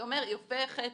זה אומר, היא הופכת